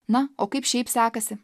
na o kaip šiaip sekasi